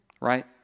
right